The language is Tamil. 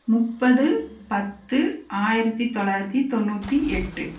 முப்பது பத்து ஆயிரத்தி தொள்ளாயிரத்தி தொண்ணூற்றி எட்டு